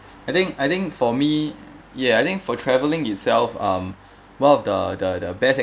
I think I think for me ya I think for travelling itself um one of the the the best